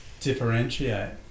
differentiate